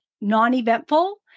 non-eventful